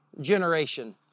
generation